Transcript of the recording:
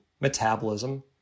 metabolism